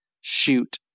shoot